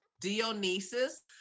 Dionysus